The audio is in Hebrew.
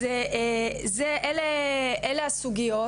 אז אלה הסוגיות.